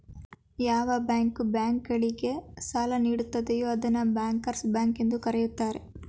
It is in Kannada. ಯಾವ ಬ್ಯಾಂಕು ಬ್ಯಾಂಕ್ ಗಳಿಗೆ ಸಾಲ ನೀಡುತ್ತದೆಯೂ ಅದನ್ನು ಬ್ಯಾಂಕರ್ಸ್ ಬ್ಯಾಂಕ್ ಎಂದು ಕರೆಯುತ್ತಾರೆ